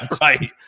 right